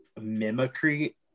mimicry